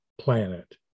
planet